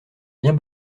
bien